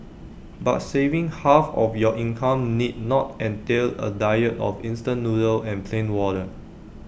but saving half of your income need not entail A diet of instant noodles and plain water